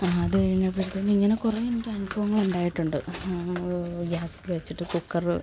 ആ അത് കഴിഞ്ഞപ്പഴത്തേക്കും ഇങ്ങനെ കുറേ എനിക്ക് അനുഭവങ്ങൾ ഉണ്ടായിട്ടുണ്ട് ഗ്യാസ് വച്ചിട്ട് കുക്കറ്